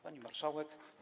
Pani Marszałek!